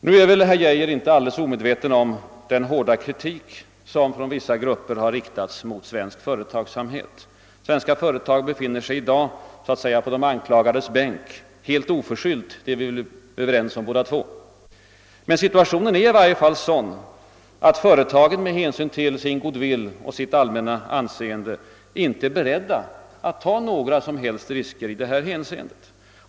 Nu är väl herr Geijer inte alldeles omedveten om den hårda kritik som från vissa grupper riktats mot svensk företagsamhet. Svenska företag befinner sig i dag så att säga på de anklagades bänk, helt oförskyllt, det är vi väl överens om. Men situationen är sådan att företagen med hänsyn till sin good-will och sitt allmänna anseende inte är beredda att ta några som helst risker i detta hänseende.